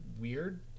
weird